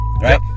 Right